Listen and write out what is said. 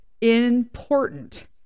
important